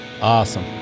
Awesome